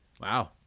Wow